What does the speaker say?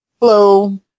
Hello